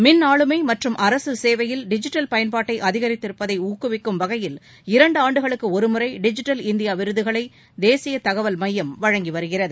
மின் ஆளுமை மற்றும் அரசு சேவையில் டிஜிட்டல் பயன்பாட்டை அதிகரிப்பதை ஊக்குவிக்கும் வகையில் இரண்டு ஆண்டுகளுக்கு ஒரு முறை டிஜிட்டல் இந்தியா விருதுகளை தேசிய தகவல் மையம் வழங்கி வருகிறது